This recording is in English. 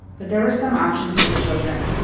but there were some options for the children.